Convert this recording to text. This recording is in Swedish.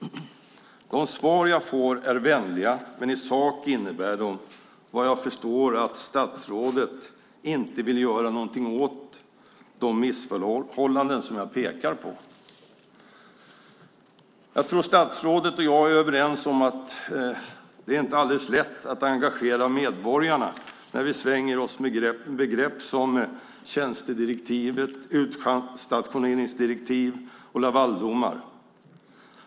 De svar jag får är vänliga men i sak innebär de, vad jag förstår, att statsrådet inte vill göra någonting åt de missförhållanden som jag pekar på. Jag tror att statsrådet och jag är överens om att det inte är alldeles lätt att engagera medborgarna när vi svänger oss med begrepp som tjänstedirektiv, utstationeringsdirektiv och Lavaldomar.